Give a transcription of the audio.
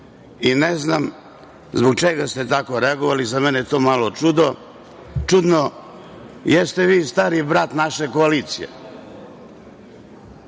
Ne znam zbog čega ste tako reagovali, za mene je to malo čudno? Jeste vi stariji brat naše koalicije,